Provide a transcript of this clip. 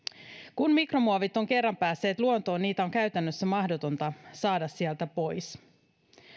kun mikromuovit ovat kerran päässeet luontoon niitä on käytännössä mahdotonta saada sieltä pois